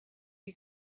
you